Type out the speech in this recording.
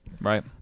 right